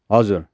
हजुर